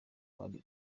bari